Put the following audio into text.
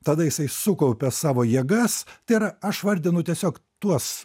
tada jisai sukaupia savo jėgas tai yra aš vardinu tiesiog tuos